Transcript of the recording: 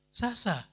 sasa